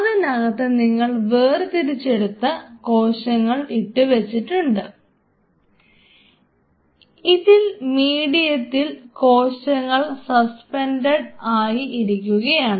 അതിനകത്ത് നിങ്ങൾ വേർതിരിച്ചെടുത്ത കോശങ്ങളെ ഇട്ടു വെച്ചിട്ടുണ്ട് ആയി ഇരിക്കുകയാണ്